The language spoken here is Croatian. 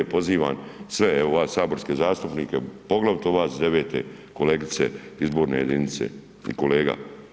Pozivam sve evo vas saborske zastupnike, poglavito vas s devete, kolegice izborne jedinice i kolega.